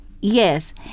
Yes